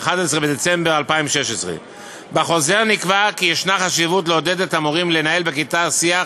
11 בדצמבר 2016. בחוזר נקבע כי יש חשיבות לעידוד המורים לנהל בכיתה שיח